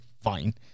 fine